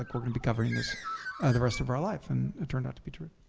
like we're gonna be covering this the rest of our life. and it turned out to be true.